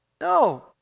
No